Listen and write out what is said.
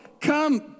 come